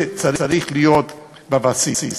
זה צריך להיות בבסיס.